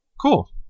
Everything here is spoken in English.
Cool